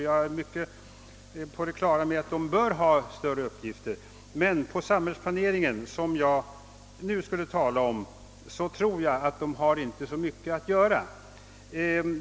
Jag är på det klara med att de bör ha större uppgifter. Men när det gäller samhällsplaneringen, som jag nu talar om, tror jag att de inte bör ha så mycket att beställa.